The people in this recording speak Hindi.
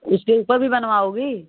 उसके ऊपर भी बनवाओगी